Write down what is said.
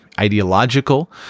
Ideological